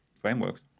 frameworks